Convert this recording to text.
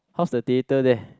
how's the theatre there